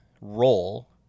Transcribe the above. role